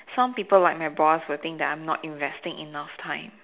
some people like my boss will think that I'm not investing enough time